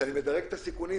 כשאני מדרג את הסיכונים,